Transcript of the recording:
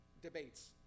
debates